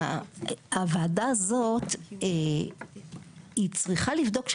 הוועדה הזאת היא צריכה לבדוק,